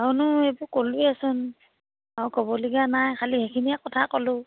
আৰুনো এইবোৰ ক'লোৱেচোন আৰু ক'বলগীয়া নাই খালি সেইখিনিয়ে কথা ক'লোঁ